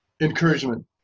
encouragement